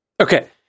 okay